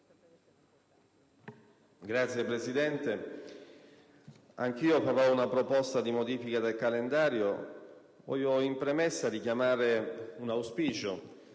Signora Presidente, anch'io farò una proposta di modifica del calendario. Voglio in premessa richiamare un auspicio,